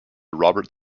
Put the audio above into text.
robert